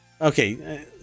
Okay